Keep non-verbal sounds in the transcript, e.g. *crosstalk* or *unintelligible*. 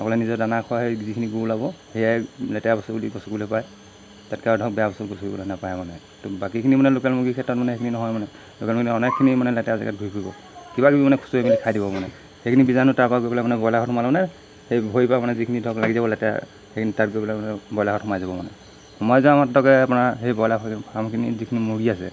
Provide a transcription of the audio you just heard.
*unintelligible* নিজৰ দানা খোৱা সেই যিখিনি গু ওলাব সেয়াই লেতেৰা বস্তু বুলি গচকিবলৈ পাই তাতকৈ আৰু ধৰক বেয়া বস্তু গচকিবলৈ নাপায় আৰু মানে ত' বাকীখিনি মানে লোকেল মুৰ্গীৰ ক্ষেত্ৰত মানে সেইখিনি নহয় মানে লোকেল মুৰ্গী অনেকখিনি মানে লেতেৰা জেগাত ঘূৰি ফুৰিব কিবাকিবি মানে খুচুৰি মেলি মানে খাই দিব মানে সেইখিনি বীজাণু তাৰপা গ'লে আপোনাৰ ব্ৰয়লাৰ ঘৰত সোমালে মানে সেই ভৰিৰপৰা মানে যিখিনি ধৰক লাগিব লেতেৰা সেইখিনি তাত গৈ পেলাই মানে ব্ৰইলাৰহঁত সোমাই যাব মানে সোমাই যোৱা মাত্ৰকে আপোনাৰ সেই ব্ৰয়লাৰ ফাৰ্মখিনি যিখিনি মুৰ্গী আছে